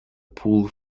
paul